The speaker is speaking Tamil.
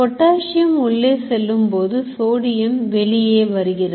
பொட்டாசியம் உள்ளே செல்லும்போது சோடியம் வெளியே வருகிறது